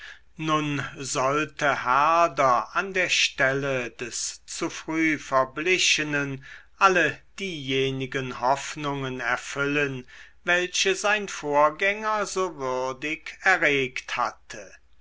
nun sollte herder an der stelle des zu früh verblichenen alle diejenigen hoffnungen erfüllen welche sein vorgänger so würdig erregt hatte